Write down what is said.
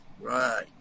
right